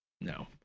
No